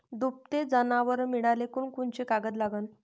दुभते जनावरं मिळाले कोनकोनचे कागद लागन?